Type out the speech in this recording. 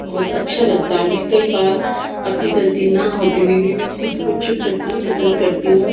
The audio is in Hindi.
बहुत अच्छा लगता है मैं कई बार अपनी गलती ना होते हुए भी मैं खुद को चुप रखना पसंद करती हूँ